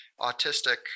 autistic